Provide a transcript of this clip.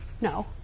no